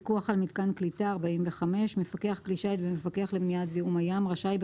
"פיקוח על מיתקן קליטה מפקח כלי שיט ומפקח למניעת זיהום הים רשאי,